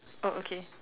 oh okay